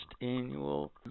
annual